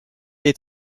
est